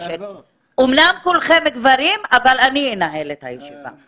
אומנם כולכם גברים, אבל אני אנהל את הישיבה.